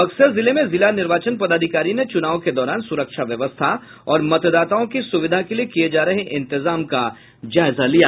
बक्सर जिले में जिला निर्वाचन पदाधिकारी ने चुनाव के दौरान सुरक्षा व्यवस्था और मतदाताओं की सुविधा के लिए किये जा रहे इंतजाम का जायजा लिया